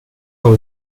how